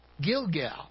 Gilgal